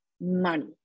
money